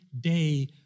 day